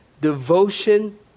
devotion